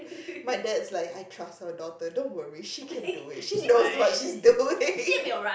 my dad's like I trust my daughter don't worry she can do it she knows what she's doing